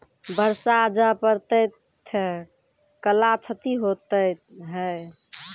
बरसा जा पढ़ते थे कला क्षति हेतै है?